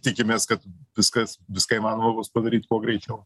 tikimės kad viskas viską įmanoma bus padaryt kuo greičiau